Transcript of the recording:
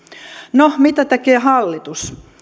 no mitä tekee hallitus